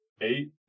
Eight